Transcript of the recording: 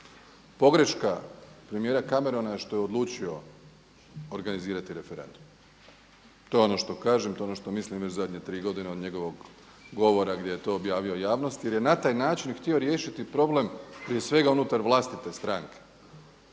Pogreška premijera Camerona je što je odlučio organizirati referendum. To je ono što kažem, to je ono što mislim već zadnje 3 godine od njegovog govora gdje je to objavio javnosti jer je na taj način htio riješiti problem prije svega unutar vlastite stranke